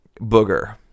booger